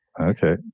Okay